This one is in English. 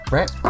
Right